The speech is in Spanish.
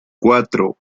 cuatro